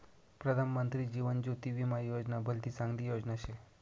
प्रधानमंत्री जीवन ज्योती विमा योजना भलती चांगली योजना शे